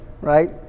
right